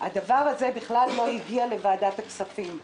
הדבר הזה לא הגיע לוועדת הכספים.